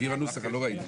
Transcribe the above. לפי הנוסח אני לא ראיתי.